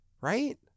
Right